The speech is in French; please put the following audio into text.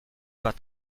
pas